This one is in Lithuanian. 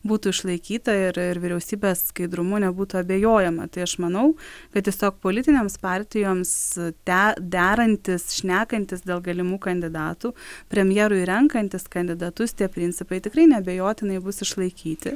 būtų išlaikyta ir ir vyriausybės skaidrumu nebūtų abejojama tai aš manau kad tiesiog politinėms partijoms te derantis šnekantis dėl galimų kandidatų premjerui renkantis kandidatus tie principai tikrai neabejotinai bus išlaikyti